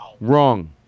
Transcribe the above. Wrong